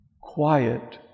quiet